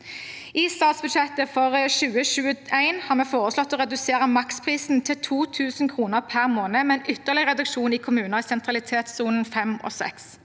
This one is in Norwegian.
statsbudsjett for 2024 har vi foreslått å redusere maksprisen til 2 000 kr per måned, med en ytterligere reduksjon i kommuner i sentralitetssone 5 og 6.